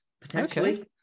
potentially